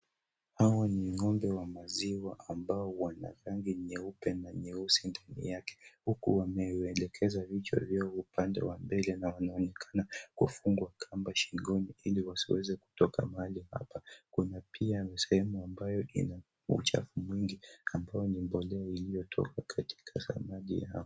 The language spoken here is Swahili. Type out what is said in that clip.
Hawa ni ng'ombe wa maziwa ambao wana rangi nyeupe na nyeusi ndani yake huku wameelekeza vichwa vyao upande wa mbele. Na wanaonekana kufungwa kamba shingoni ili wasiweze kutoka mahali hapa. Kuna pia sehemu ambayo ina uchafu mwingi ambayo ni mbolea iliyotoka katika samadi.